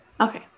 Okay